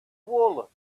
wool